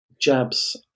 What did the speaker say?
jabs